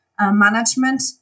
management